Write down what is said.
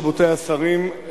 רבותי השרים,